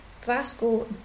Vasco